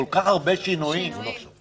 כלומר על בסיס המפלגות המקוריות,